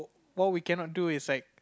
what we cannot do is like